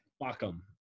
welcome